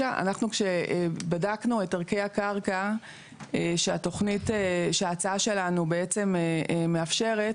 כשבדקנו את ערכי הקרקע שההצעה שלנו בעצם מאפשרת,